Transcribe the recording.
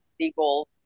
legal